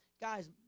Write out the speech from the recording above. Guys